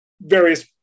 various